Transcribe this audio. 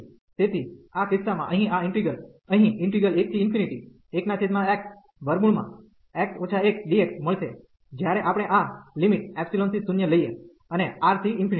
તેથી આ કિસ્સામાં અહીં આ ઈન્ટિગ્રલ અહીં 11xx 1dx મળશે જ્યારે આપણે આ લિમિટ ϵ થી 0 લાઈએ અને R થી ∞